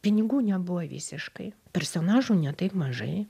pinigų nebuvo visiškai personažų ne taip mažai